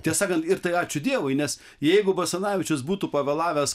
tiesą sakant ir tai ačiū dievui nes jeigu basanavičius būtų pavėlavęs